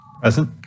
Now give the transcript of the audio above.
Present